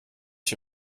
ich